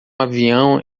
avião